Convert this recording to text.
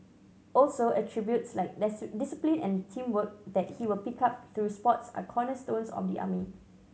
also attributes like discipline and teamwork that he will pick up through sport are cornerstones of the army